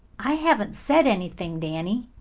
i haven't said anything, danny.